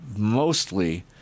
Mostly